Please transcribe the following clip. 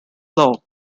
law